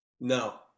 No